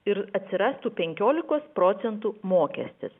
ir atsirastų penkiolikos procentų mokestis